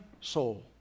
soul